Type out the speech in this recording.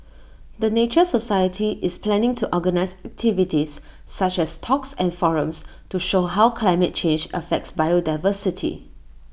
the nature society is planning to organise activities such as talks and forums to show how climate change affects biodiversity